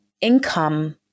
income